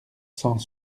cent